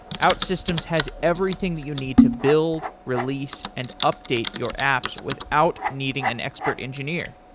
outsystems has everything that you need to build, release and update your apps without needing an expert engineer.